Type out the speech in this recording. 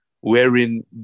wherein